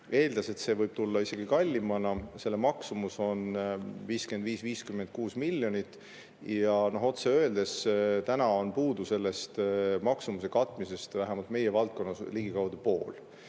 eeldas, et see võib tulla isegi kallim. Selle maksumus on 55–56 miljonit. Ja otse öeldes täna on puudu sellest maksumuse katmisest vähemalt meie valdkonnas ligikaudu pool.